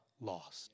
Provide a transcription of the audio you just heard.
lost